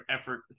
effort